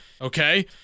Okay